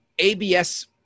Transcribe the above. ABS